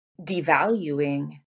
devaluing